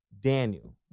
Daniel